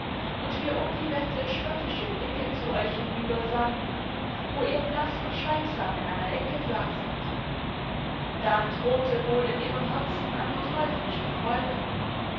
und wir um die wette spöttische blicke zu euch hinübersandten wo ihr blaß und schweigsam in einer ecke saßet dann thronte wohl in ihrem herzen eine teuflische freude